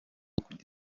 karimo